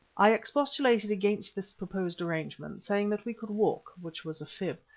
i expostulated against this proposed arrangement, saying that we could walk, which was a fib,